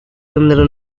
andando